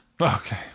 Okay